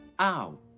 ow